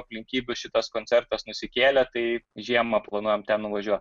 aplinkybių šitas koncertas nusikėlė tai žiemą planuojam ten nuvažiuot